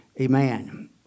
Amen